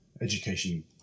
education